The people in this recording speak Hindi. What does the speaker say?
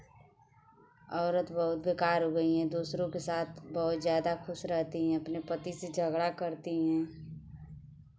औरत बहुत बेकार हो गई हैं दूसरों से साथ बहुत ज़्यादा खुश रहती हैं अपने पति से झगड़ा करती हैं